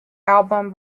album